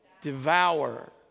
devour